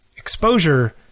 Exposure